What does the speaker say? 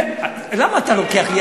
למה אתה לוקח לי?